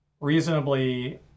reasonably